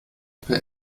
per